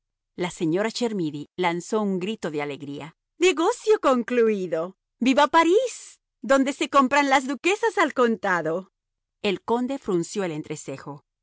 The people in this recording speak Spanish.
la señora chermidy lanzó un grito de alegría negocio concluido viva parís donde se compran las duquesas al contado el conde frunció el entrecejo